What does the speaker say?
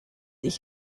ich